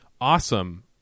Awesome